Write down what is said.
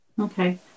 Okay